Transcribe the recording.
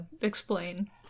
explain